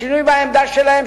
השינוי בעמדה שלהם,